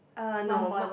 uh no my